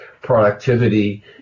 productivity